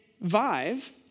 Vive